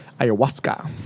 ayahuasca